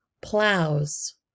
Plows